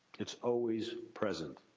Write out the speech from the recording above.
it's always present.